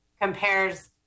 compares